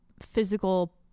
physical